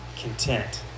content